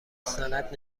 سند